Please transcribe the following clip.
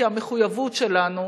כי המחויבות שלנו,